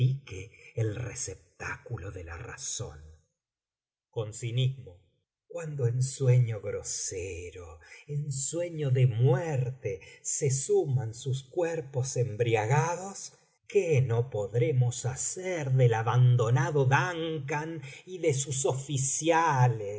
alambique el receptáculo de la razón con cinismo cuando en sueño grosero en sueño de muerte se suman sus cuerpos embriagados qué no podremos hacer del abandonado duncan y de sus oficiales